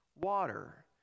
water